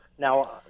Now